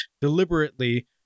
deliberately